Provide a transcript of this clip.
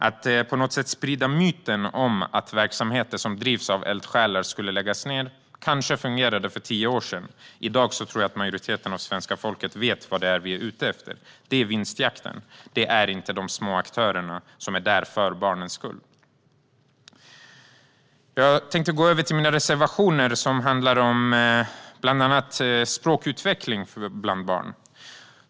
Att på något sätt sprida myten om att verksamheter som drivs av eldsjälar skulle läggas ned kanske fungerade för tio år sedan. I dag tror jag dock att majoriteten av svenska folket vet vad vi är ute efter. Vi är ute efter vinstjakten - inte de små aktörerna som är där för barnens skull. Jag tänkte nu gå över till mina reservationer, som bland annat handlar om språkutveckling bland barn.